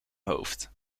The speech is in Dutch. hoofd